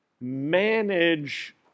manage